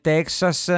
Texas